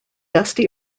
dusty